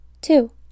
Two